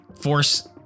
force